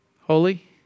Holy